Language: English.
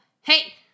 Hey